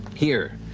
here,